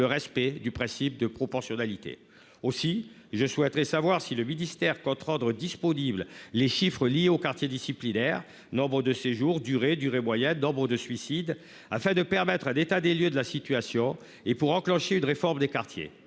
le respect du principe de proportionnalité aussi je souhaiterais savoir si le ministère compte rendre disponible les chiffres liés au quartier disciplinaire nombres de séjour durée, durée moyenne d'ombres de suicide afin de permettre à l'état des lieux de la situation et pour enclencher une réforme des quartiers